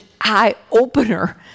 eye-opener